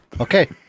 Okay